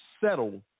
settle